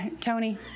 Tony